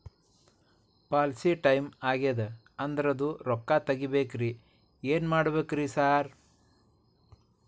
Policy time ಆಗ್ಯಾದ ಅದ್ರದು ರೊಕ್ಕ ತಗಬೇಕ್ರಿ ಏನ್ ಮಾಡ್ಬೇಕ್ ರಿ ಸಾರ್?